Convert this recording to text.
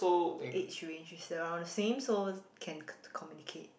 the age range is around the same so can communicate